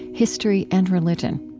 history, and religion